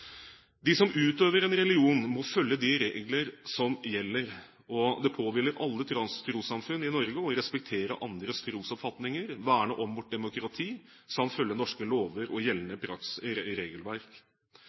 De som utøver en religion, må følge de regler som gjelder, og det påhviler alle trossamfunn i Norge å respektere andres trosoppfatninger, verne om vårt demokrati samt følge norske lover og